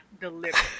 delivered